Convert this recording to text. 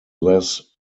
less